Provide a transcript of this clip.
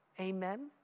Amen